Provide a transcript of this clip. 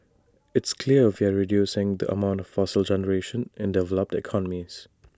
it's clear we're reducing the amount of fossil generation in developed economies